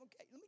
Okay